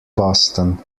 boston